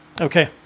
Okay